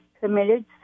committed